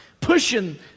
pushing